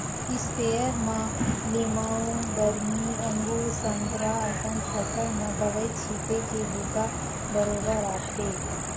sprayer म लीमउ, दरमी, अगुर, संतरा असन फसल म दवई छिते के बूता बरोबर आथे